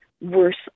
worse